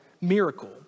miracle